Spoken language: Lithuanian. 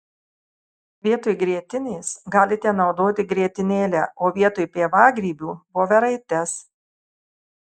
vietoj grietinės galite naudoti grietinėlę o vietoj pievagrybių voveraites